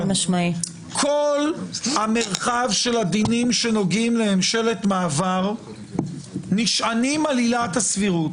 כל המרחב של הדינים שנוגעים לממשלת מעבר נשענים על עילת הסבירות.